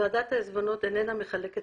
ועדת העיזבונות איננה מחלקת